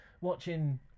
watching